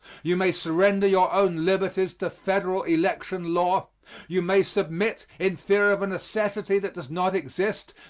you may surrender your own liberties to federal election law you may submit, in fear of a necessity that does not exist,